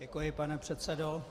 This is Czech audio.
Děkuji, pane předsedo.